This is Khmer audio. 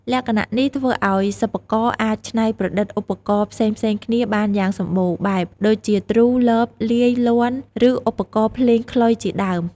លក្ខណៈនេះធ្វើឱ្យសិប្បករអាចច្នៃប្រឌិតឧបករណ៍ផ្សេងៗគ្នាបានយ៉ាងសម្បូរបែប ដូចជា ទ្រូ លប លាយ លាន់ ឬ ឧបករណ៍ភ្លេងខ្លុយ ជាដើម។